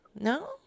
No